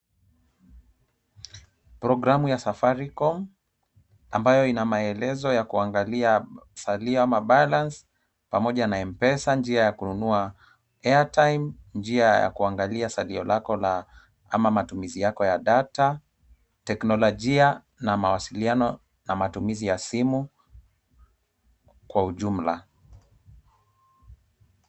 Programu ya safaricom ambayo ina maelezo ya kuangalia salio ama balance pamoja na M-Pesa njia ya kununua airtime , njia ya kuangalia salio lako la ama matumizi yako ya data, teknolojia na mawasiliano na matumizi ya simu kwa ujumla.